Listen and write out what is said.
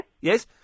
Yes